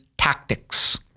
Tactics